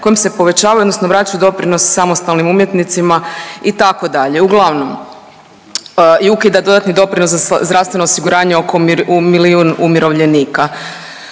kojim se povećavaju odnosno vraćaju doprinosi samostalnim umjetnicima itd., uglavnom i ukida dodatni doprinos za zdravstveno osiguranje oko milijun umirovljenika.